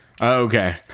okay